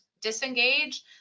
disengage